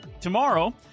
Tomorrow